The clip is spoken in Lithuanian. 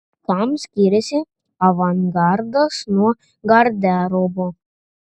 kuom skiriasi avangardas nuo garderobo